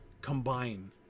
combine